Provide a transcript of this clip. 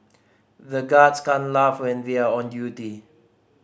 the guards can't laugh when they are on duty